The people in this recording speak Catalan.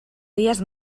dies